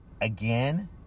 again